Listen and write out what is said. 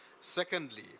Secondly